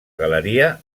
galeria